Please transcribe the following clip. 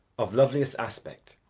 of loveliest aspect,